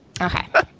okay